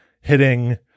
hitting